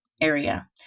area